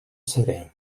serè